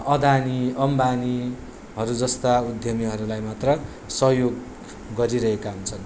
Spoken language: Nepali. अदानी अम्बानीहरू जस्ता उद्यमीहरूलाई मात्र सहयोग गरिरहेका हुन्छन्